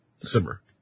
December